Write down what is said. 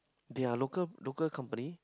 they're local local company